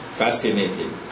fascinating